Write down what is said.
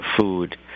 food